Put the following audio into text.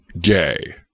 gay